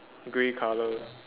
grey color